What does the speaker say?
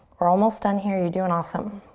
we're almost done here. you're doing awesome.